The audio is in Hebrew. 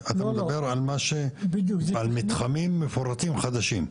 אתה מדבר על מתחמים מפורטים חדשים.